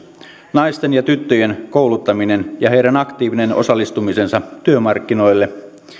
naisten ja tyttöjen kouluttaminen ja heidän aktiivinen osallistumisensa työmarkkinoille